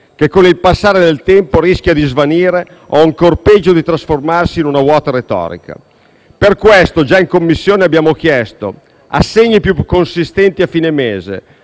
che, con il passare del tempo, rischia di svanire o, ancor peggio, trasformarsi in una vuota retorica. Per questo, già in Commissione abbiamo chiesto assegni più consistenti a fine mese;